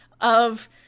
of-